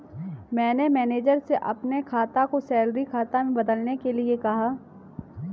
मैंने मैनेजर से अपने खाता को सैलरी खाता में बदलने के लिए कहा